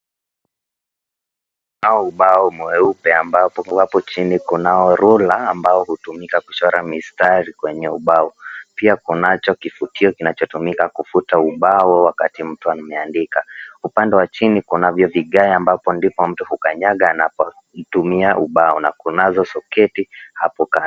Kunao ubao mweupe ambapo chini kunayo rula ambayo hutumika kuchora mistari kwenye ubao. Pia kunacho kifutio kinachotumika kufuta ubao wakati mtu ameandika. Upande wa chini kunayo vigaya ambavyo mtu hukanyaga anapotumia ubao na kunazo soketi hapo kando.